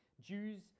Jews